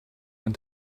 and